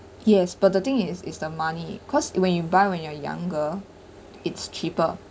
yes but the thing is it's the money cause when you buy when you are younger it's cheaper